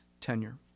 tenure